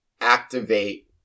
activate